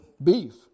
Beef